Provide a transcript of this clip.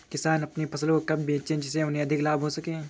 किसान अपनी फसल को कब बेचे जिसे उन्हें अधिक लाभ हो सके?